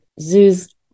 zoos